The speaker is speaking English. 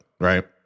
right